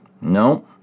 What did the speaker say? no